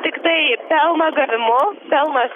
tiktai pelno gavimu pelnas